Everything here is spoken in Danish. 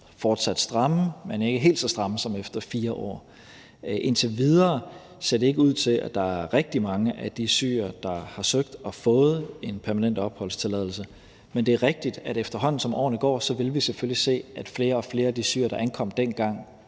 fortsat stramme, men ikke helt så stramme som efter 4 år. Indtil videre ser det ikke ud til, at der er rigtig mange af de syrere, der har søgt om permanent opholdstilladelse, som har fået den, men det er rigtigt, at efterhånden som årene går, vil vi selvfølgelig se, at flere og flere af de syrere, der ankom dengang,